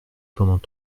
pendant